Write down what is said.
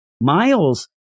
Miles